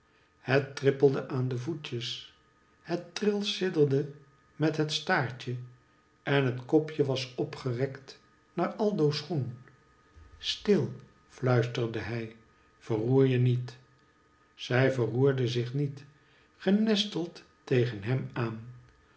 het trippelde aan op de voetjes het trilsidderde met het staartje en het kopje was opgerekt naar aldo's schoen stil fluisterde hij verroerje niet zij verroerde zich niet genesteld tegen hem aan